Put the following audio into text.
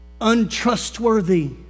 untrustworthy